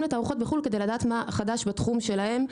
לתערוכות בחו"ל כדי לדעת מה חדש בתחום שלהם.